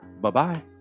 Bye-bye